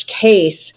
case